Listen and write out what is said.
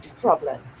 problem